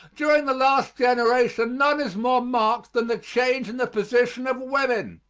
during the last generation none is more marked than the change in the position of women,